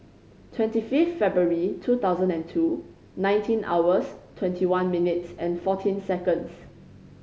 twenty fifth February two thousand and two nineteen hours twenty one minutes fourteen seconds